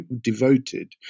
devoted